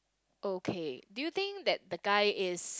okay do you think that the guy is